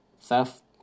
theft